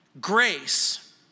Grace